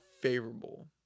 favorable